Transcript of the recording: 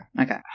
Okay